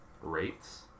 rates